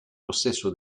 possesso